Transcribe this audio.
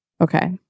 Okay